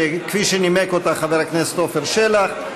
כפי שנימק אותה חבר הכנסת עפר שלח.